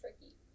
tricky